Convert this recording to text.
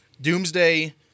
Doomsday